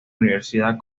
universidad